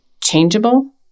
changeable